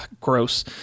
gross